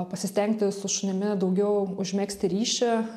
pasistengti su šunimi daugiau užmegzti ryšį